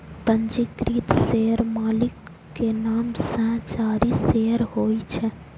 पंजीकृत शेयर मालिक के नाम सं जारी शेयर होइ छै